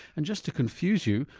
and just to confuse you,